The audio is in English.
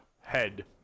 head